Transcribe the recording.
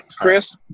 Chris